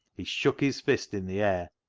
he shook his fist in the air,